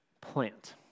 plant